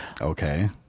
Okay